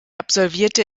absolvierte